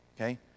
okay